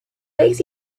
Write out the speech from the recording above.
legs